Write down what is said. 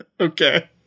Okay